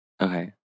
Okay